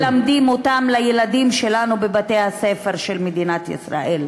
שלא מלמדים את הילדים שלנו בבתי-הספר של מדינת ישראל.